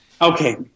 Okay